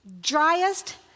driest